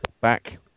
back